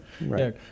right